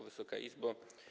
Wysoka Izbo!